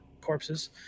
corpses